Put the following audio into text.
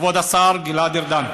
כבוד השר גלעד ארדן.